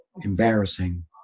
embarrassing